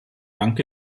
bank